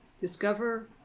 Discover